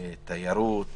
תיירות,